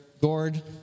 Gord